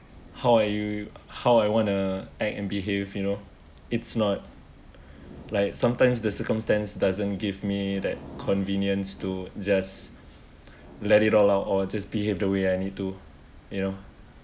how are you how I wanna act and behave you know it's not like sometimes the circumstance doesn't give me that convenience to just let it all out or just behave the way I need to you know